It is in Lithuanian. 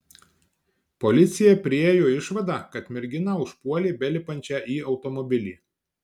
policija priėjo išvadą kad merginą užpuolė belipančią į automobilį